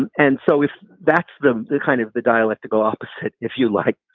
and and so if that's the the kind of the dialectical opposite, if you like,